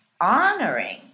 honoring